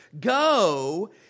Go